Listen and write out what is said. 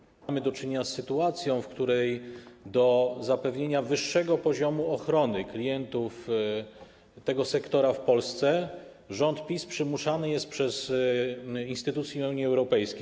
I znowu mamy do czynienia z sytuacją, w której do zapewnienia wyższego poziomu ochrony klientów tego sektora w Polsce rząd PiS przymuszany jest przez instytucje Unii Europejskiej.